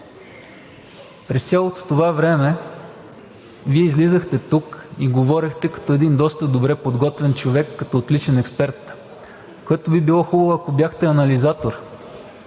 През цялото това време Вие излизахте тук и говорехте като един доста добре подготвен човек, като отличен експерт, което би било хубаво, ако бяхте анализатор.